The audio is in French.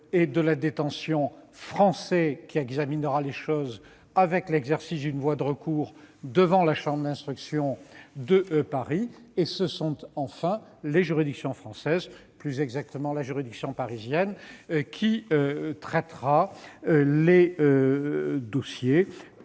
et de la détention français qui examinera les choses, avec l'exercice d'une voie de recours devant la chambre d'instruction de Paris. Enfin, la juridiction française, ou plus exactement parisienne, traitera les dossiers,